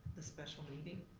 ah special meeting.